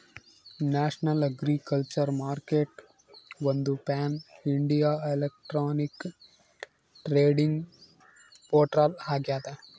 national agriculture ಮಾರ್ಕೆಟ್ಒಂದು pan India electronic trading portal ಆಗ್ಯದ